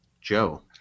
Joe